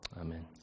Amen